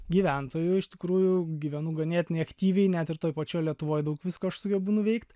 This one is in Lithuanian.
gyventoju iš tikrųjų gyvenu ganėtinai aktyviai net ir toj pačioj lietuvoj daug visko aš sugebu nuveikt